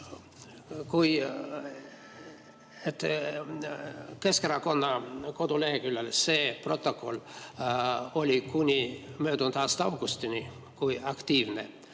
Keskerakonna koduleheküljel see protokoll oli kuni möödunud aasta augustini aktiivne,